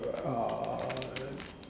uh